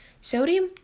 sodium